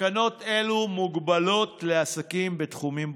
תקנות אלו מוגבלות לעסקים בתחומים בודדים,